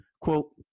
Quote